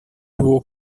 tuvo